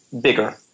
bigger